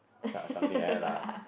some something like that lah